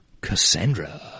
Cassandra